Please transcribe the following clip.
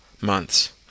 months